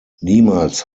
niemals